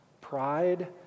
Pride